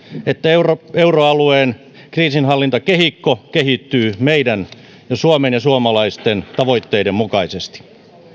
että euroalueen kriisinhallintakehikko kehittyy meidän suomen ja suomalaisten tavoitteiden mukaisesti